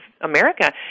America